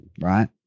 right